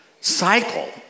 cycle